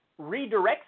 redirects